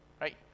right